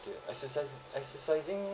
exercisi~ exercising